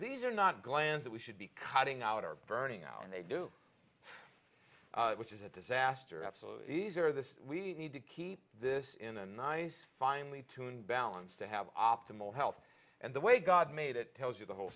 these are not glands that we should be cutting out or burning out and they do which is a disaster absolutely easer this we need to keep this in a nice finely tuned balance to have optimal health and the way god made it tells you the whole